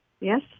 yes